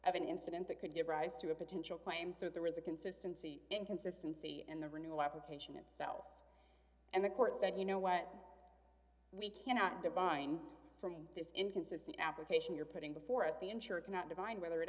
of an incident that could give rise to a potential claim so there was a consistency in consistency in the renewal application itself and the court said you know what we cannot divine from this inconsistent application you're putting before us the insurer cannot divine whether it